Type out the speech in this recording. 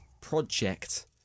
project